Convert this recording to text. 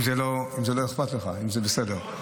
אם לא אכפת לך, אם זה בסדר.